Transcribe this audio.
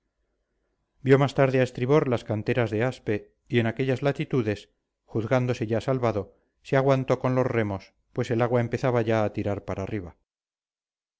vio más tarde a estribor las canteras de aspe y en aquellas latitudes juzgándose ya salvado se aguantó con los remos pues el agua empezaba ya a tirar para arriba